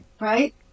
Right